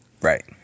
Right